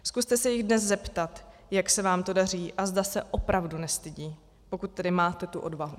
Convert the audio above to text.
Zkuste se jich dnes zeptat, jak se vám to daří a zda se opravdu nestydí, pokud tedy máte tu odvahu.